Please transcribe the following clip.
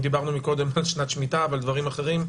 אם דיברנו קודם על שנת שמיטה ועל דברים אחרים,